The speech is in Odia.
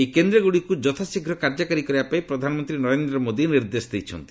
ଏହି କେନ୍ଦ୍ରଗୁଡ଼ିକୁ ଯଥାଶୀଘ୍ର କାର୍ଯ୍ୟକାରୀ କରିବାପାଇଁ ପ୍ରଧାନମନ୍ତ୍ରୀ ନରେନ୍ଦ୍ର ମୋଦି ନିର୍ଦ୍ଦେଶ ଦେଇଛନ୍ତି